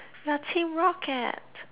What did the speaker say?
we're team rocket